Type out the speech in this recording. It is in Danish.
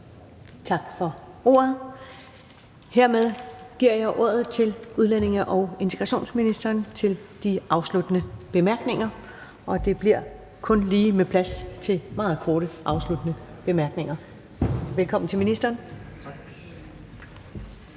Tak for det. Hermed giver jeg ordet til udlændinge- og integrationsministeren for de afsluttende bemærkninger, og der bliver kun lige plads til meget korte afsluttende bemærkninger. Velkommen til ministeren.